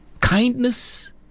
kindness